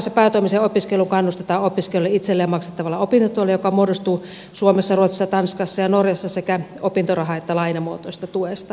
pohjoismaissa päätoimiseen opiskeluun kannustetaan opiskelijoille itselleen maksettavalla opintotuella joka muodostuu suomessa ruotsissa tanskassa ja norjassa sekä opintoraha että lainamuotoisesta tuesta